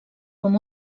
com